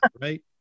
right